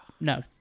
no